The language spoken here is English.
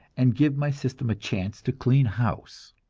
and give my system a chance to clean house.